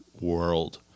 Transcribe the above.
world